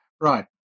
Right